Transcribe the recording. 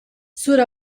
sur